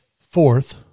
fourth